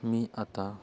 मी आता